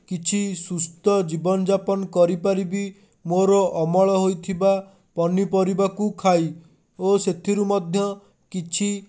କିଛି ସୁସ୍ଥ ଜୀବନଯାପନ କରିପାରିବି ମୋର ଅମଳ ହୋଇଥିବା ପନିପରିବାକୁ ଖାଇ ଓ ସେଥିରୁ ମଧ୍ୟ କିଛି